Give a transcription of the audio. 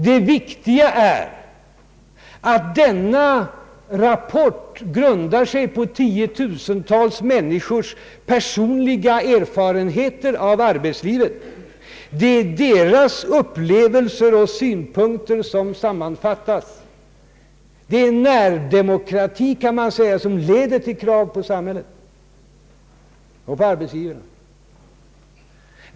Det viktiga är att denna rapport grundar sig på tiotusentals människors personliga erfarenheter av arbetslivet. Det är deras upplevelser och synpunkter som sammanfattats. Detta är närdemokrati, kan man säga, som leder till krav på samhället och på arbetsgivarna.